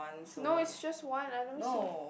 no it's just one ah let me see